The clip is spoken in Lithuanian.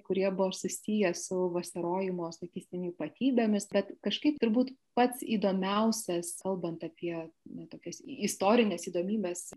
kurie buvo susiję su vasarojimo sakysim ypatybėmis bet kažkaip turbūt pats įdomiausias kalbant apie na tokias istorines įdomybes